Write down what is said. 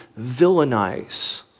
villainize